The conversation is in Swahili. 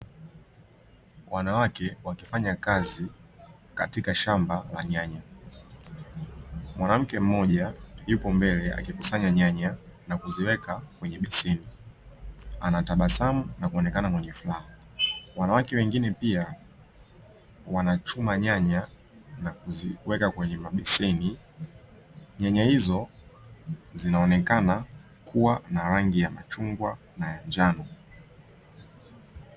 Wanawake wakifanya kazi katika shamba la nyanya. Mwanamke mmoja yupo mbele akikusanya nyanya na kuziweka kwenye beseni, anatabasamu na kuonekana mwenye furaha. Wanawake wengine pia, wanachuma nyanya na kuziweka kwenye mabeseni. Nyanya hizo zinaonekana kuwa na rangi ya machungwa na ya njano.